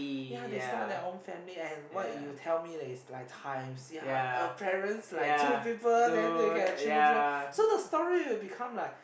ya they start their own family and what you tell me that is like time see how a parents like two people then they can have children so the story will become like